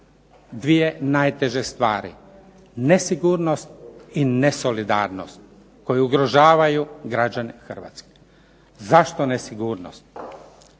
Dvije najteže stvari, nesigurnost i nesolidarnost koji ugrožavaju građane Hrvatske. Zašto nesigurnost?